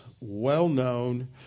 well-known